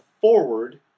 forward